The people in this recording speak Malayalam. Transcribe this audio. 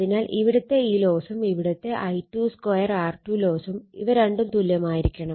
അതിനാൽ ഇവുടത്തെ ഈ ലോസും ഇവിടുത്തെ I22 R2 ലോസും അവ രണ്ടും തുല്യമായിരിക്കണം